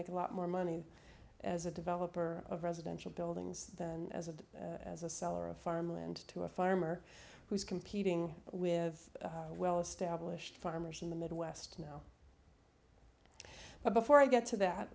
make a lot more money as a developer of residential buildings than as of as a seller of farmland to a farmer who's competing with well established farmers in the midwest now but before i get to that